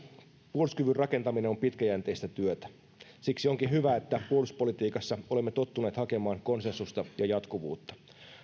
puolustuskyvyn rakentaminen on pitkäjänteistä työtä siksi onkin hyvä että puolustuspolitiikassa olemme tottuneet hakemaan konsensusta ja jatkuvuutta